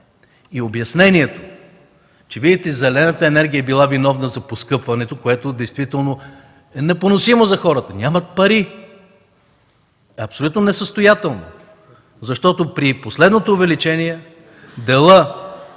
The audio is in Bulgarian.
Обяснението, че, видите ли, зелената енергия била виновна за поскъпването, което действително е непоносимо за хората, нямат пари, е абсолютно несъстоятелно, защото при последното увеличение делът